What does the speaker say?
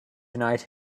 tonight